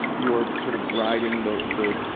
you're sort of riding, the, the,